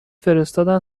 فرستادن